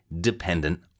dependent